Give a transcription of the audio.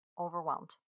overwhelmed